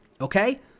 Okay